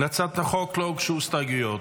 להצעת החוק לא הוגשו הסתייגויות,